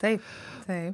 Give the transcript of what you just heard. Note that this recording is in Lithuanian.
taip taip